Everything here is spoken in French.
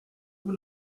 vous